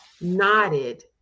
nodded